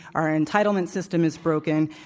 our entitlement system is broken.